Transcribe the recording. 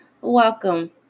Welcome